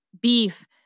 beef